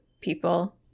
people